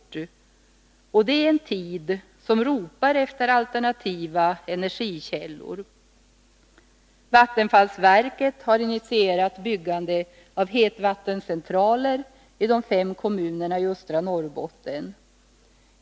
Det argumentet förs fram i en tid då man ropar efter alternativa energikällor! Vattenfallsverket har initierat byggande av hetvattencentraler i de fem kommunerna i östra Norrbotten.